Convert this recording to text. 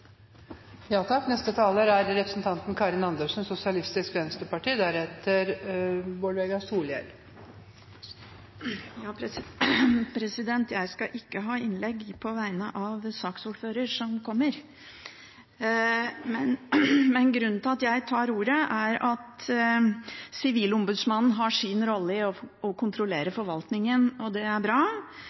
Jeg skal ikke holde innlegg på vegne av saksordføreren, som vil ta ordet senere. Grunnen til at jeg tar ordet, er at Sivilombudsmannen har sin rolle i å kontrollere forvaltningen, og det er bra.